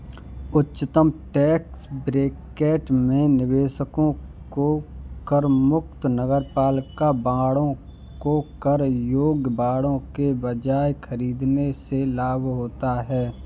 उच्चतम tax bracket में निवेशकों को करमुक्त नगरपालिका बांडों को कर योग्य बांडों के बजाय खरीदने से लाभ होता है